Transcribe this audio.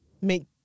make